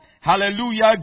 Hallelujah